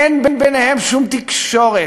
אין ביניהם שום תקשורת.